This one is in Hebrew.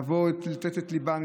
לבוא לתת את ליבם,